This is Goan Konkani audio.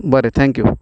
बरें थँक्यू